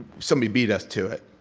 somebody beat us to it,